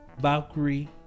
Valkyrie